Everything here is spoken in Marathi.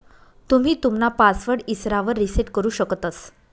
तुम्ही तुमना पासवर्ड इसरावर रिसेट करु शकतंस